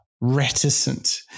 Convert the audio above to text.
reticent